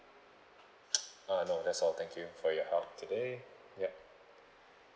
uh no that's all thank you for your help today yup